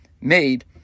made